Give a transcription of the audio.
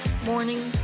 morning